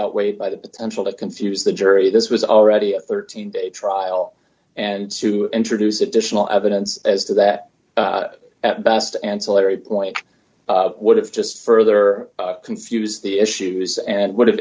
outweighed by the potential to confuse the jury this was already a thirteen day trial and to introduce additional evidence as to that at best ancillary point would have just further confuse the issues and would have